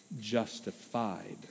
justified